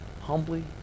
humbly